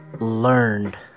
learned